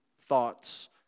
thoughts